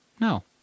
No